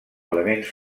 elements